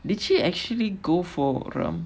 did she actually go for ram